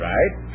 Right